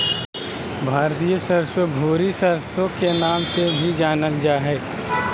भारतीय सरसो, भूरी सरसो के नाम से भी जानल जा हय